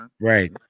Right